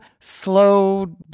slow